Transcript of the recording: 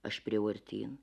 aš priėjau artyn